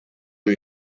new